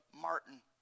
Martin